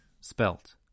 spelt